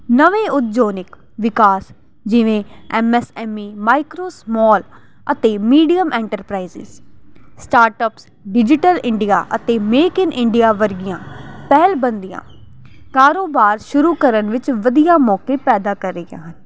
ਨਵੀਂ ਉਦਯੋਗਿਕ ਵਿਕਾਸ ਜਿਵੇਂ M S M E micro small ਅਤੇ medium enterprises startups digital India ਅਤੇ ਮੇਕ ਇਨ ਇੰਡੀਆ ਵਰਗੀਆਂ ਪਹਿਲ ਬੰਦੀਆਂ ਕਾਰੋਬਾਰ ਸ਼ੁਰੂ ਕਰਨ ਵਿੱਚ ਵਧੀਆ ਮੌਕੇ ਪੈਦਾ ਕਰ ਰਹੀਆਂ ਹਨ